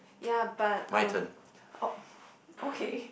ya but um oh okay